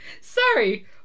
Sorry